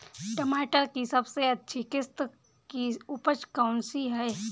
टमाटर की सबसे अच्छी किश्त की उपज कौन सी है?